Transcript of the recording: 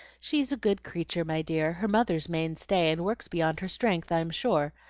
she is a good creature, my dear, her mother's main stay, and works beyond her strength, i am sure.